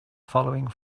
following